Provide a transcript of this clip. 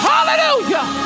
Hallelujah